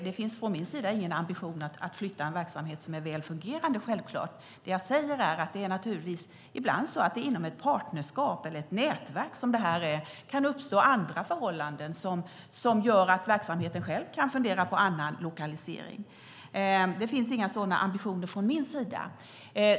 Det finns från min sida självklart ingen ambition att flytta en verksamhet som är väl fungerande. Det jag säger är att det naturligtvis ibland är så att det inom ett partnerskap eller ett nätverk, som det här är, kan uppstå andra förhållanden som gör att verksamheten själv kan fundera på annan lokalisering. Det finns inga sådana ambitioner från min sida.